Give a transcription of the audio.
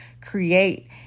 create